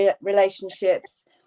relationships